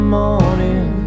morning